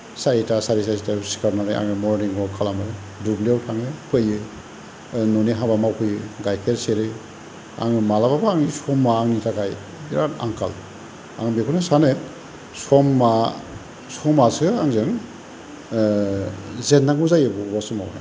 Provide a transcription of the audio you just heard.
सारिथा सारेसारिथायाव सिखारनानै आङो मर्निं अवाक खालामो दुब्लियाव थाङो फैयो न'नि हाबा मावफैयो गाइखेर सेरो आङो माब्लाबाबो आंनि समा आंनि थाखाय बिराद आंखाल आं बेखौनो सानो समा समासो आंजों जेननांगौ जायो बबेबा समाव